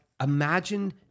imagine